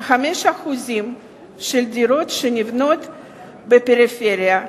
5% מהדירות שנבנות בפריפריה,